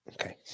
Okay